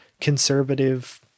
conservative